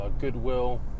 Goodwill